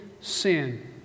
sin